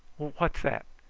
what's that?